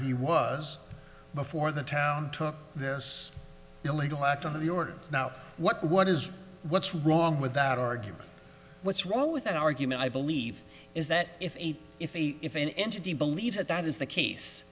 he was before the town took this illegal act on the order now what is what's wrong with that argument what's wrong with that argument i believe is that if a if a if an entity believes that that is the case